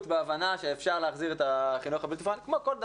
בהבנה אפשר להחזיר את החינוך הבלתי פורמלי וכמו כל דבר,